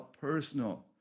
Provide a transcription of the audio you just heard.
personal